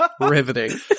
Riveting